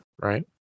Right